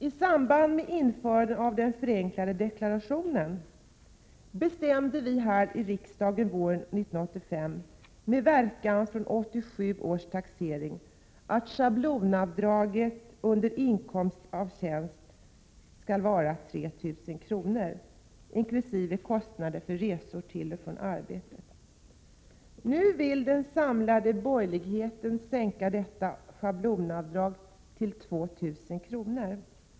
I samband med införandet av den förenklade deklarationen bestämde vi här i riksdagen våren 1985 med verkan från 1987 års taxering att schablonavdraget under inkomst av tjänst skall vara 3 000 kr., inkl. kostnader för resor till och från arbetet. Nu vill den samlade borgerligheten sänka detta schablonavdrag till 2 000 kr.